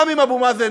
גם אם אבו מאזן